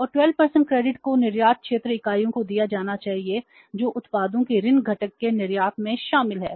और 12 क्रेडिट को निर्यात क्षेत्र इकाइयों को दिया जाना चाहिए जो उत्पादों के ऋण घटक के निर्यात में शामिल हैं